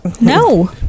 no